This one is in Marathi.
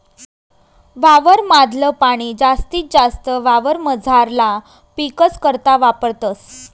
वावर माधल पाणी जास्तीत जास्त वावरमझारला पीकस करता वापरतस